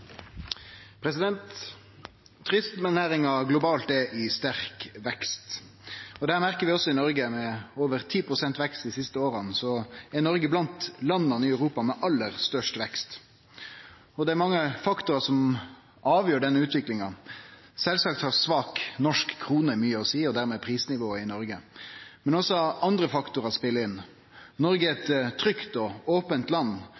globalt er i sterk vekst, det merkar vi også i Noreg. Med over 10 pst. vekst dei siste åra er Noreg blant landa i Europa med aller størst vekst, og det er mange faktorar som avgjer den utviklinga. Sjølvsagt har svak norsk krone, og dermed prisnivået i Noreg, mykje å seie, men også andre faktorar speler inn. Noreg er eit trygt og opent land